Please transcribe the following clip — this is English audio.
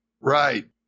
Right